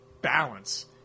balance